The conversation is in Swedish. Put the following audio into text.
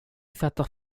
fattar